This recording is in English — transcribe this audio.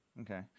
okay